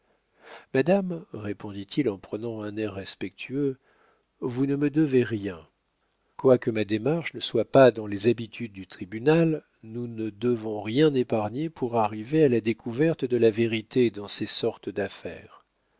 madame répondit-il en prenant un air respectueux vous ne me devez rien quoique ma démarche ne soit pas dans les habitudes du tribunal nous ne devons rien épargner pour arriver à la découverte de la vérité dans ces sortes d'affaires